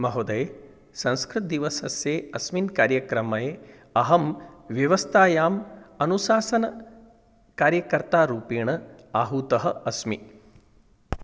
महोदय संस्कृतदिवसस्य अस्मिन् कार्यक्रमे अहं व्यवस्थायाम् अनुशासनकार्यकर्तृरूपेण आहूतः अस्मि